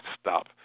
stop